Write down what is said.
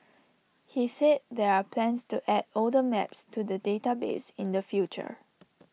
he said there are plans to add older maps to the database in the future